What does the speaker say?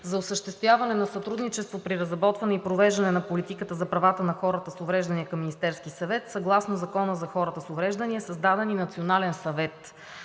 За осъществяване на сътрудничество при разработване и провеждане на политиката за правата на хората с увреждания към Министерския съвет съгласно Закона за хората с увреждания е създаден и Национален съвет.